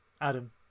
adam